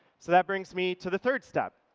so that brings me to the third step.